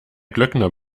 glöckner